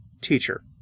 Teacher